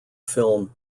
film